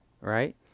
right